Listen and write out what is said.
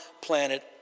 planet